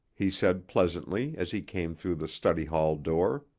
he said pleasantly as he came through the study-hall door.